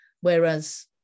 Whereas